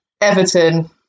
Everton